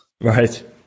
Right